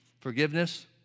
Forgiveness